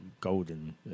golden